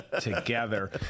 together